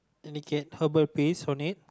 indicate herbal piece on it